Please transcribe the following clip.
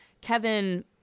Kevin